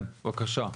כן, בקשה,